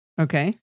Okay